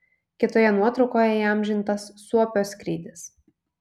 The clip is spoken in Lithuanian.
kitoje nuotraukoje įamžintas suopio skrydis